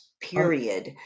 period